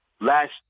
last